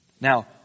Now